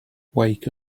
wake